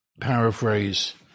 paraphrase